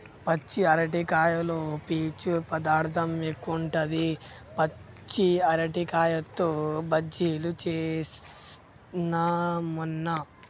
పచ్చి అరటికాయలో పీచు పదార్ధం ఎక్కువుంటది, పచ్చి అరటికాయతో బజ్జిలు చేస్న మొన్న